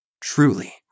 Truly